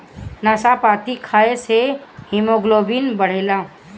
नाशपाती खाए से हिमोग्लोबिन बढ़ेला